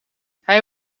hij